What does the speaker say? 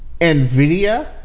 NVIDIA